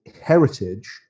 heritage